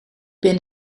ben